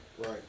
Right